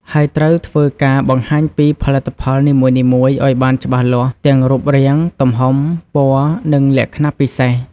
ហើយត្រូវធ្វើការបង្ហាញពីផលិតផលនីមួយៗឲ្យបានច្បាស់លាស់ ទាំងរូបរាង ទំហំ ពណ៌ និងលក្ខណៈពិសេស។